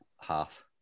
half